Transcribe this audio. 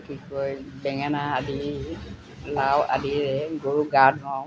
কি কয় বেঙেনা আদি লাও আদিৰে গৰু গা ধুৱাওঁ